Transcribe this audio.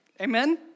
Amen